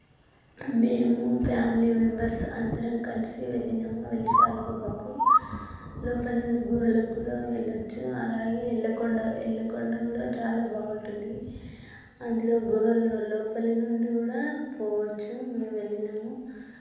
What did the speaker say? మేము family members అందరం కలిసి వెళ్ళినాము వెలిశాలు గుహకు లోపల నుండి గుహలోకి కూడా వెళ్ళచ్చు అలాగే వెళ్ళకుండా వెళ్ళకుండా కూడా చాలా బాగుంటుంది అందులో గుహల్లో లోపలి నుండి కూడా పోవచ్చు మేము వెళ్ళినాము